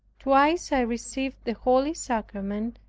twice i received the holy sacrament,